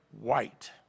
white